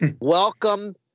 Welcome